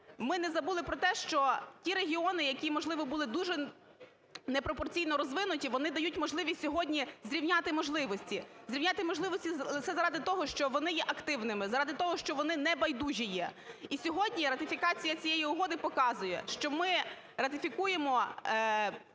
ми не забули про те, що ті регіони, які, можливо, були дуже непропорційно розвинуті, вони дають можливість сьогодні зрівняти можливості. Зрівняти можливості лише заради того, що вони є активними, заради того, що вони небайдужі є. І сьогодні ратифікація цієї угоди показує, що ми ратифікуємо